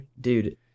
Dude